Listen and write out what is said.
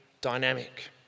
dynamic